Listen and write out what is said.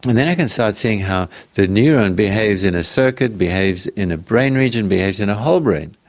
then i can start seeing how the neuron behaves in a circuit, behaves in a brain region, behaves in a whole brain.